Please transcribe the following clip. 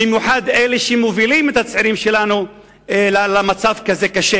במיוחד אלה שמובילים את הצעירים שלנו למצב קשה כל כך,